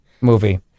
movie